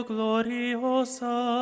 Gloriosa